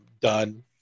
done